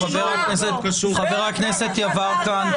חבר הכנסת יברקן,